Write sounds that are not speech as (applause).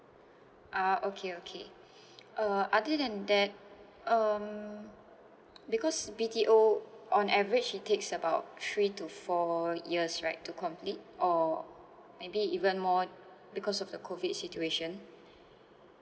ah okay okay (breath) uh other than that um because B_T_O on average it takes about three to four years right to complete or maybe even more because of the COVID situation (breath)